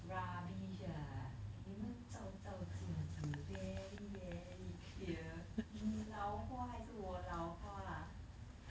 rubbish ah 有没有照照镜子 very very clear 你老花还是我老花